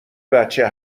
بچه